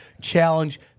challenge